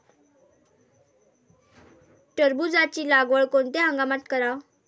टरबूजाची लागवड कोनत्या हंगामात कराव?